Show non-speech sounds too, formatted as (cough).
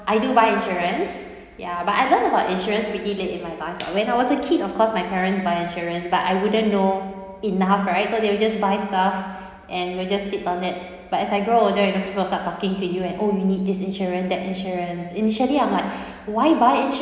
I do buy insurance ya but I learned about insurance pretty late in my life ah (noise) when I was a kid of course my parents buy insurance but I wouldn't know enough right so they will just by stuff and we'll just sit on it but as I grow older you know people start talking to you and oh you need this insurance that insurance initially I'm like why buy insurance